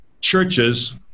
churches